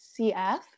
CF